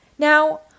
Now